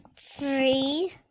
Three